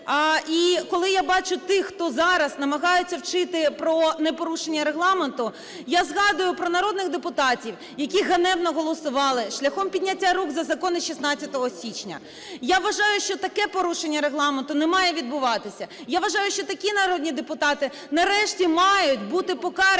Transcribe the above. і коли я бачу тих, хто зараз намагається вчити про непорушення Регламенту, я згадую про народних депутатів, які ганебно голосували шляхом підняття рук за закони 16 січня. Я вважаю, що таке порушення Регламенту не має відбуватися. Я вважаю, що такі народні депутати нарешті мають бути покарані,